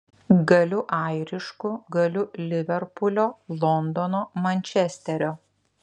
galiu airišku galiu liverpulio londono mančesterio